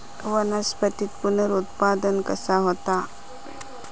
वनस्पतीत पुनरुत्पादन कसा होता?